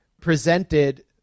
presented